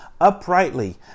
uprightly